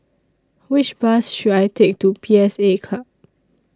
Which Bus should I Take to P S A Club